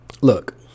Look